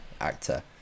actor